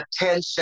attention